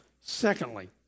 Secondly